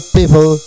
people